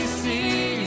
see